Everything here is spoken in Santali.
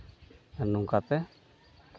ᱟᱨ ᱱᱚᱝᱠᱟ ᱛᱮ